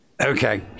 okay